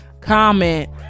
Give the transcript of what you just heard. comment